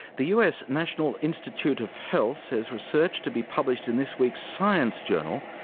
the us national institute of health says research to be published in this week's science journal,